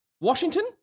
Washington